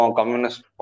communist